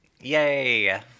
Yay